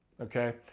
okay